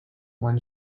when